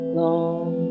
long